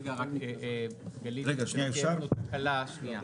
רגע גלית, שלא תהיה פה תקלה, שנייה.